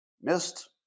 missed